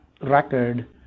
record